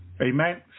Amen